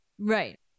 Right